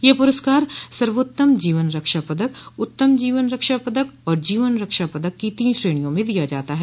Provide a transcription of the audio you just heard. यह पुरस्कार सर्वोत्तम जीवन रक्षा पदक उत्तम जीवन रक्षा पदक और जीवन रक्षा पदक की तीन श्रेणियों में दिया जाता है